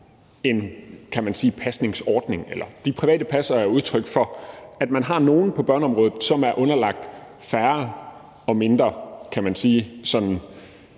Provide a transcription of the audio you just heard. en pasningsordning, hvor de private passere er udtryk for, at man har nogle på børneområdet, som er underlagt færre og sådan